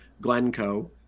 Glencoe